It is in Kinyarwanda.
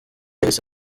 yahise